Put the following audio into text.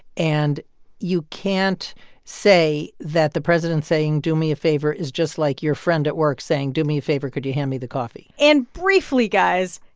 and you can't say that the president saying do me a favor is just like your friend at work saying do me a favor, could you hand me the coffee? and briefly, guys,